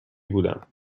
بودم